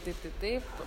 taip taip taip